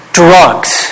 drugs